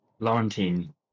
Laurentine